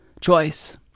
choice